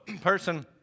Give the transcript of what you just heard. Person